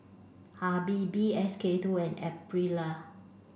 Habibie S K two and Aprilia